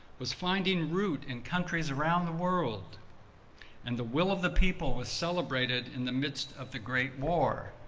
was finding route in countries around the world and the will of the people was celebrated in the midst of the great war,